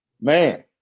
Man